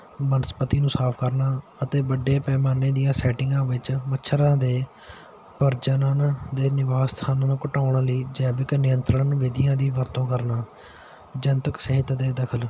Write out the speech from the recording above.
ਬਨਸਪਤੀ ਨੂੰ ਸਾਫ ਕਰਨਾ ਅਤੇ ਵੱਡੇ ਪੈਮਾਨੇ ਦੀਆਂ ਸੈਟਿੰਗਾਂ ਵਿੱਚ ਮੱਛਰਾਂ ਦੇ ਪ੍ਰਜਣਨ ਦੇ ਨਿਵਾਸ ਸਥਾਨ ਨੂੰ ਘਟਾਉਣ ਲਈ ਜੈਵਿਕ ਨਿਯੰਤਰਣ ਵਿਧੀਆਂ ਦੀ ਵਰਤੋਂ ਕਰਨਾ ਜਨਤਕ ਸਿਹਤ ਅਤੇ ਦਖਲ